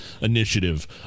initiative